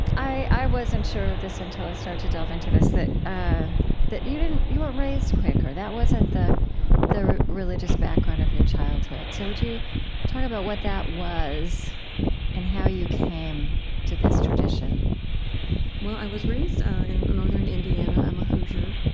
i i wasn't sure of this until i started to delve into this, that ah that you weren't raised quaker. that wasn't the the religious background of your childhood. so would you talk about what that was and how you came to this tradition well, i was raised in northern indiana. i'm a hoosier,